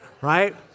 right